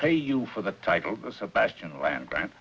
pay you for the title sebastian land grant